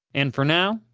and for now,